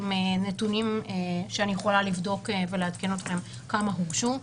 עם נתונים שאני יכולה לבדוק ולעדכן אתכם כמה הוגשו.